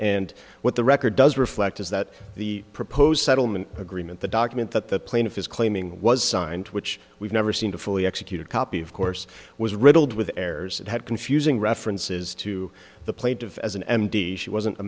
and what the record does reflect is that the proposed settlement agreement the document that the plaintiff is claiming was signed which we've never seen to fully executed copy of course was riddled with errors it had confusing references to the plaintive as an m d she wasn't a